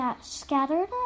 scattered